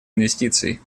инвестиций